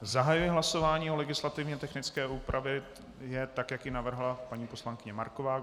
Zahajuji hlasování o legislativně technické úpravě, jak ji navrhla paní poslankyně Marková.